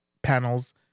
panels